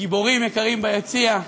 גיבורים יקרים ביציע,